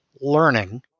learning